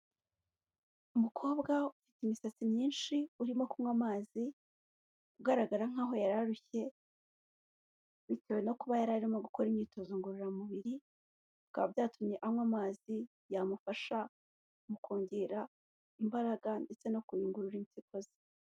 Umukobwa ufite imisatsi myinshi urimo kunywa amazi, ugaragara nkaho yari arushye bitewe no kuba yari arimo gukora imyitozo ngororamubiri, bikaba byatumye anywa amazi yamufasha mu kongera imbaraga ndetse no kuyungurura impyiko ze.